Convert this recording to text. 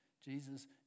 Jesus